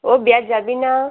অ' বিয়াত যাবিনে